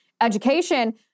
education